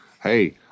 hey